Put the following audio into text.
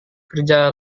kerja